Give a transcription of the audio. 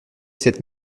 cette